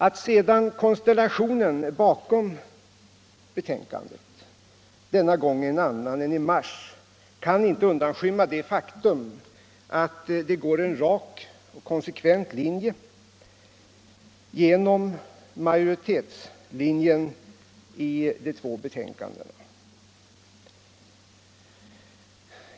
Att sedan konstellationen i utskottet bakom majoritetsbetänkandet denna gång är en annan än i mars kan inte undanskymma det faktum att det går en rak och konsekvent linje genom majoritetsinriktningen i de två betänkandena.